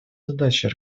задачей